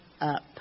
up